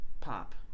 pop